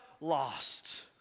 lost